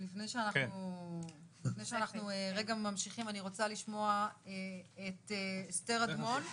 לפני שאנחנו ממשיכים אני רוצה לשמוע את אסתר אדמון,